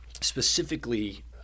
specifically